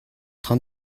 train